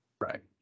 Right